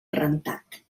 rentat